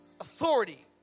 authority